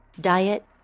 diet